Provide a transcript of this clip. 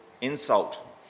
insult